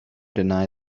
deny